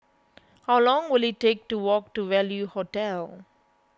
how long will it take to walk to Value Hotel